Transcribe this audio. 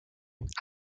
and